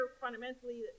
fundamentally